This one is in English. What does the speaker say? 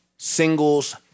singles